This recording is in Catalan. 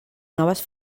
noves